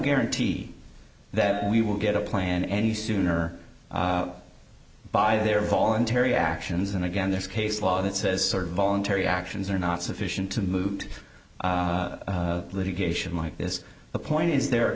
guarantee that we will get a plan any sooner by their voluntary actions and again there's case law that says sort of voluntary actions are not sufficient to move to litigation like this the point is there a